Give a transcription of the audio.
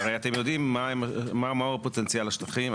אתם הרי יודעים מה הוא פוטנציאל השטחים,